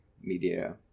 media